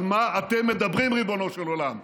על מה אתם מדברים, ריבונו של עולם?